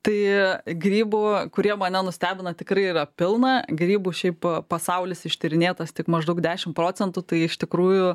tai grybų kurie mane nustebino tikrai yra pilną grybų šiaip pasaulis ištyrinėtas tik maždaug dešimt procentų tai iš tikrųjų